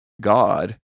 God